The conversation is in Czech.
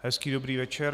Hezký dobrý večer.